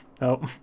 Nope